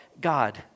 God